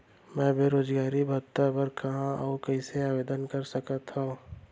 मैं बेरोजगारी भत्ता बर कहाँ अऊ कइसे आवेदन कर सकत हओं?